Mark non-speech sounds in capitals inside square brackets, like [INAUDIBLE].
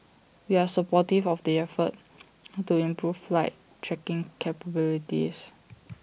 we are supportive of the efforts [NOISE] how to improve flight tracking capabilities